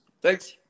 Thanks